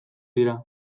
dira